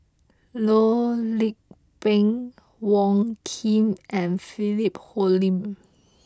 Loh Lik Peng Wong Keen and Philip Hoalim